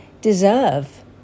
deserve